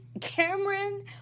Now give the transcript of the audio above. Cameron